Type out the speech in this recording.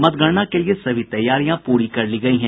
मतगणना के लिये सभी तैयारियां पूरी कर ली गयी हैं